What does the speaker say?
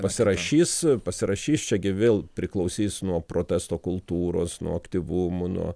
pasirašys pasirašys čia gi vėl priklausys nuo protesto kultūros nuo aktyvumo nuo